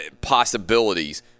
possibilities